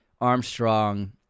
Armstrong